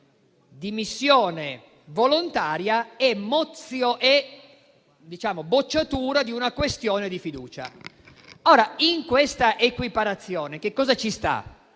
dimissione volontaria e bocciatura di una questione di fiducia. In questa equiparazione ci sta